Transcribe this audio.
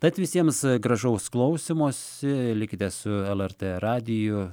tad visiems gražaus klausymosi likite su lrt radiju